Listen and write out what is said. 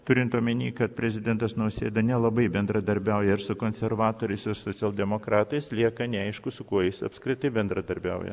turint omenyj kad prezidentas nausėda nelabai bendradarbiauja ir su konservatoriais su socialdemokratais lieka neaišku su kuo jis apskritai bendradarbiauja